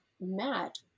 Matt